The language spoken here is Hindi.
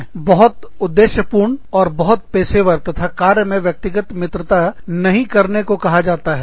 हमें बहुत उद्देश्य पूर्ण और बहुत पेशेवर तथा कार्य में व्यक्तिगत मित्रता नहीं करने को कहा जाता है